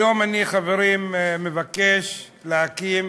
היום אני, חברים, מבקש להקים